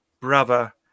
brother